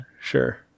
Sure